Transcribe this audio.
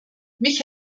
mich